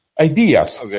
Ideas